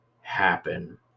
happen